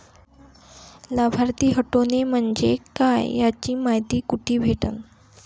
लाभार्थी हटोने म्हंजे काय याची मायती कुठी भेटन?